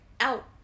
out